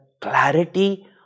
clarity